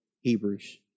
Hebrews